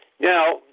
Now